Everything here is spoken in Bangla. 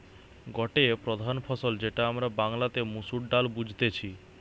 গটে প্রধান ফসল যেটা আমরা বাংলাতে মসুর ডালে বুঝতেছি